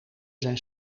zijn